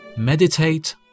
Meditate